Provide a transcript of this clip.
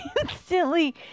instantly